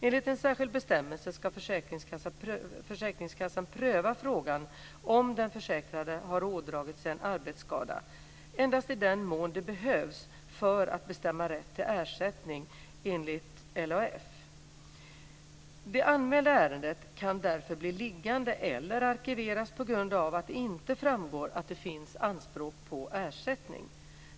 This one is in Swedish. Enligt en särskild bestämmelse ska försäkringskassan pröva frågan om den försäkrade har ådragit sig en arbetsskada endast i den mån det behövs för att bestämma rätt till ersättning enligt LAF. Det anmälda ärendet kan därför bli liggande eller arkiveras på grund av att det inte framgår att det finns anspråk på ersättning.